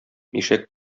ишәк